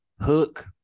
Hook